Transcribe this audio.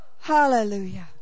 Hallelujah